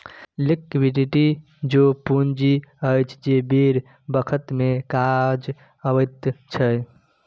liquidity ओ पुंजी अछि जे बेर बखत मे काज अबैत छै